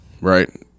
right